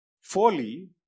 folly